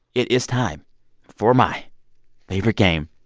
it is time for my favorite game,